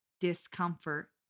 Discomfort